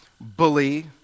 bully